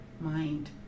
mind